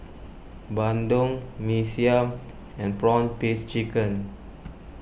Bandung Mee Siam and Prawn Paste Chicken